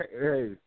hey